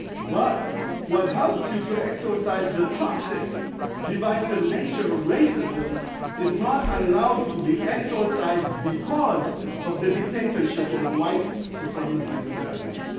but what helps you to exorcise the toxic divisive nature of racism is not allowed to be exorcised because of the dictatorship of white supremacy in america.